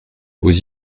vous